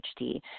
HD